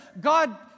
God